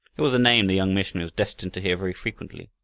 it was a name the young missionary was destined to hear very frequently.